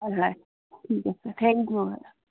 হয় হয় ঠিক আছে থেংক ইউ